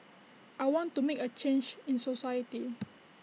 I want to make A change in society